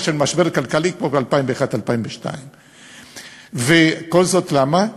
של משבר כללי כמו ב-2001 2002. וכל זאת למה?